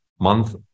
month